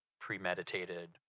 premeditated